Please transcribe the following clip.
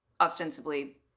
ostensibly